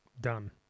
done